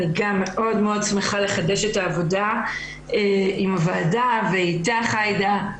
אני גם מאוד שמחה לחדש את העבודה עם הוועדה ואיתך עאידה,